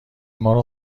مارو